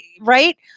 right